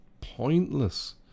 pointless